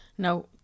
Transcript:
Now